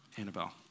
Annabelle